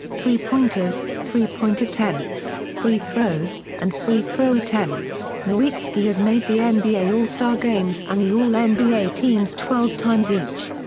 three pointers, three point attempts, free throws, and free-throw attempts, nowitzki has made the and nba all-star games and the all-nba teams twelve times each.